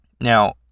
Now